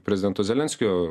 prezidento zelenskio